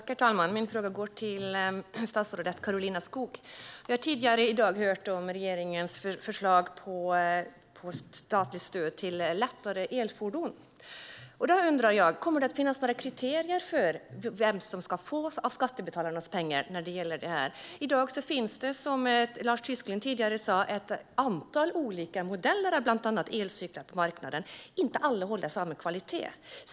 Herr talman! Min fråga går till statsrådet Karolina Skog. Vi har tidigare i dag hört om regeringens förslag till statligt stöd till lättare elfordon. Kommer det att finnas några kriterier för vem som ska få skattebetalarnas pengar? Precis som Lars Tysklind sa tidigare finns i dag ett antal olika modeller av bland annat elcyklar på marknaden. Inte alla håller samma kvalitet.